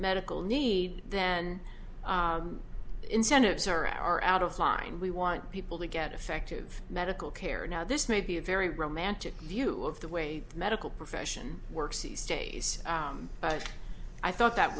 medical needs then incentives are out of line we want people to get effective medical care now this may be a very romantic view of the way the medical profession works these days but i thought that